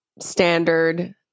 standard